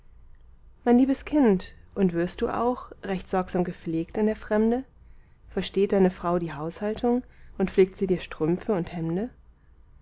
mein liebes kind und wirst du auch recht sorgsam gepflegt in der fremde versteht deine frau die haushaltung und flickt sie dir strümpfe und hemde